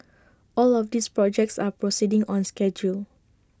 all of these projects are proceeding on schedule